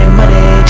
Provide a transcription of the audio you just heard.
money